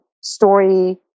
story